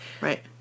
Right